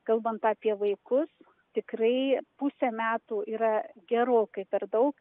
kalbant apie vaikus tikrai pusę metų yra gerokai per daug